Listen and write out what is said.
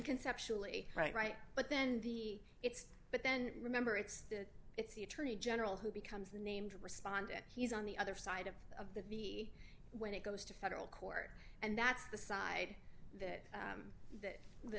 conceptually right right but then the it's but then remember it's that it's the attorney general who becomes the named responded he's on the other side of the v when it goes to federal court and that's the side that that th